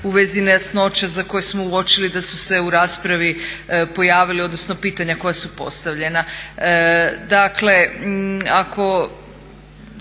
u vezi nejasnoća za koje smo uočili da su se u raspravi pojavile, odnosno pitanja koja su postavljena.